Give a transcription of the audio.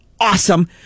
awesome